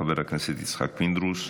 חבר הכנסת יצחק פינדרוס,